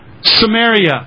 Samaria